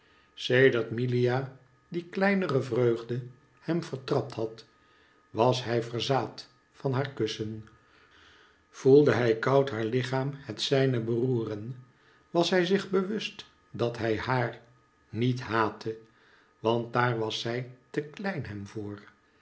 sedert milia die kleinere vreugde hem vertrapt had was hij verzaad van haar kussen voelde hij koud haar lichaam het zijne beroeren was hij zich bewust dat hij haar niet haatte want daar was zij te klein hem voor